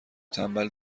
تنبل